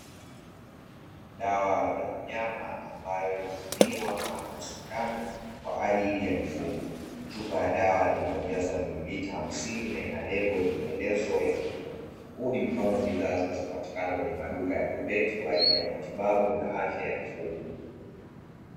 Dawa ya wanyama ambayo inatumiwa kama sindano kwa ajili ya mifugo, chupa ya dawa ina ujazo mililita 50 na ina lebo yenye maelezo ya kina. Huu ni mfano wa bidhaa zinazopatikana kwenye maduka ya agroveti kwa ajili ya matibabu na afya ya mifugo.